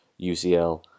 UCL